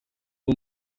ubu